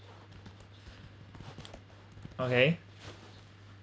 okay